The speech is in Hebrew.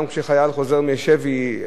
גם כשחייל חוזר מהשבי,